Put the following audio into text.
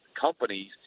companies